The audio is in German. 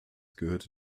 gehörte